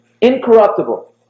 incorruptible